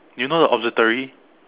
you know the observatory